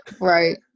Right